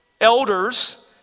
elders